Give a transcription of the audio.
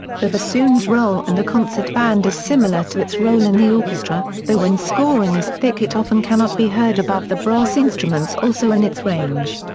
the bassoon's role in the concert band is similar to its role in the orchestra, though when scoring is thick it often cannot be heard above the brass instruments also in its range.